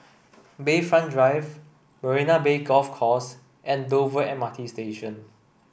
Bayfront Drive Marina Bay Golf Course and Dover M R T Station